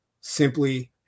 simply